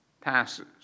passes